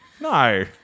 no